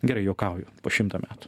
gerai juokauju po šimto metų